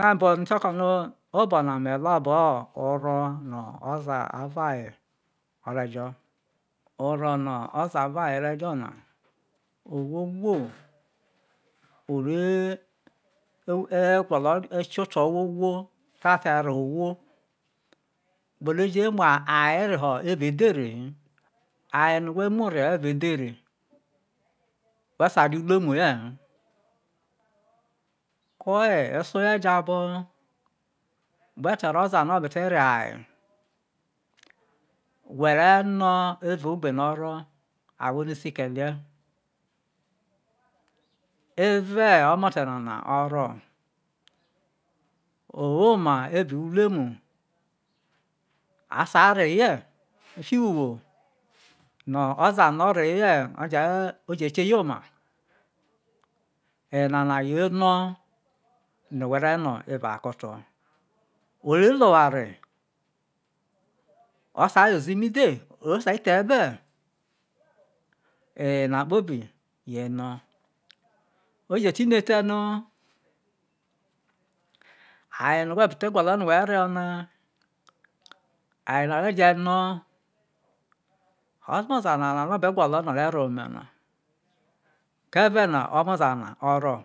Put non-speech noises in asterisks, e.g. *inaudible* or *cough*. *unintelligible* ma obo na me lo abo oro no oza avo aye o re jo oro no oza avo aye are jo na owho owho ore e gwolo kie oto owho owho tao a te re ho owho, kpeno o je umo aye re ho evao edhere he aye no whe mu reho evao edhere whe sai rie uruemu ye he ko oye oso ye jabo whe te ro oza no obete reho whe re no evao ogbe no oro ahwo no a si ke lie. Eve omote nana oro owoma evao uruemu a sai reye fiho uwo no oza no ore he yeo je kie ye oma enana yo eno no whe re no evao a koto we re lu oware osai weze imide osai the ebe? Eyena kpobi yo eno ojeti ne ete no aye no we be gwolo reho na, aye na re je no omo zana no o be gwolo no ore reho ome na ko eve na omo zana oro?